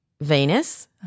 Venus